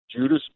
judas